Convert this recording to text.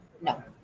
No